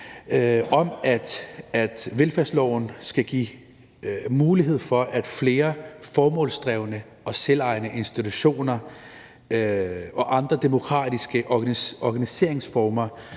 om, at velfærdsloven skal give mulighed for, at flere formålsdrevne og selvejende institutioner og andre demokratiske organiseringsformer